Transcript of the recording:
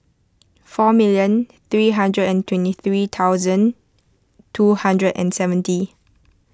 four million three hundred and twenty three thousand two hundred and seventy